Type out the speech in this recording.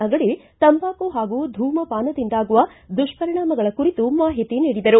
ಆಗಡಿ ತಂಬಾಕು ಹಾಗೂ ಧೂಮಪಾನದಿಂದಾಗುವ ದುಪ್ಪರಿಣಾಮಗಳ ಕುರಿತು ಮಾಹಿತಿ ನೀಡಿದರು